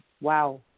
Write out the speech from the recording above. Wow